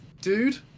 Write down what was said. dude